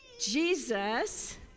Jesus